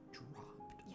dropped